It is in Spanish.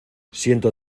siento